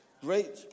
great